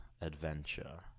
Adventure